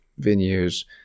venues